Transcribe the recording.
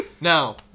Now